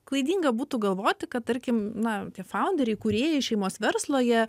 klaidinga būtų galvoti kad tarkim na tie faunderiai įkūrėjai šeimos verslo jie